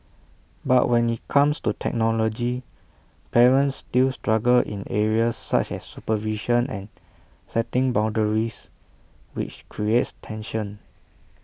but when IT comes to technology parents still struggle in areas such as supervision and setting boundaries which creates tension